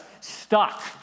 stuck